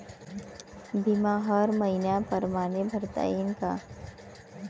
बिमा हर मइन्या परमाने भरता येऊन का?